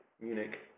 Munich